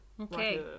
Okay